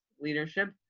leadership